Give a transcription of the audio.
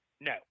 No